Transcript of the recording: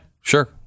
sure